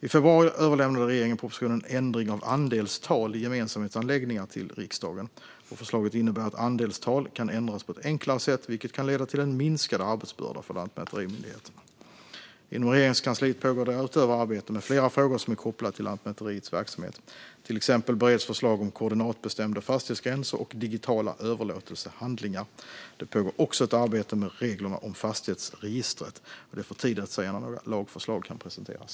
I februari överlämnade regeringen propositionen Ändring av andelstal i gemensamhetsanläggningar till riksdagen. Förslaget innebär att andelstal kan ändras på ett enklare sätt, vilket kan leda till en minskad arbetsbörda för lantmäterimyndigheterna. Inom Regeringskansliet pågår därutöver arbete med flera frågor som är kopplade till Lantmäteriets verksamhet. Till exempel bereds förslag om koordinatbestämda fastighetsgränser och digitala överlåtelsehandlingar. Det pågår också ett arbete med reglerna om fastighetsregistret. Det är för tidigt att säga när några lagförslag kan presenteras.